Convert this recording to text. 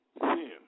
sin